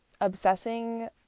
obsessing